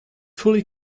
fully